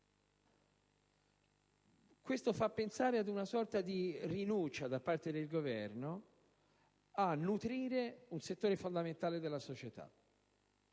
ciò fa pensare ad una sorta di rinuncia da parte del Governo a nutrire un settore fondamentale della società.